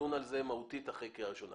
נדון על זה מהותית אחרי קריאה ראשונה.